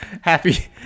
Happy